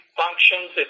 functions